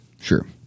sure